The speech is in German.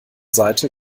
seite